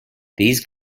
these